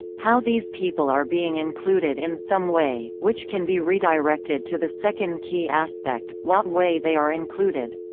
how these people are being included in some way, which can be redirected to the second key aspect, what way they are included?